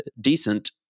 decent